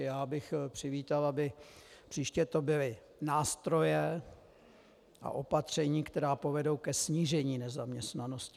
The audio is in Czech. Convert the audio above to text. Já bych přivítal, aby příště to byly nástroje a opatření, které povedou ke snížení nezaměstnanosti.